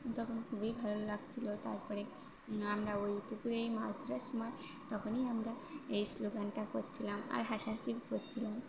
তখন খুবই ভালো লাগছিল তারপরে আমরা ওই পুকুরে এই মাছ ধরার সমায় তখনই আমরা এই স্লোগানটা করছিলাম আর হাসাহাসি করছিলাম